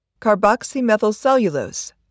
carboxymethylcellulose